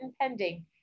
pending